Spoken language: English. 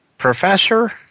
Professor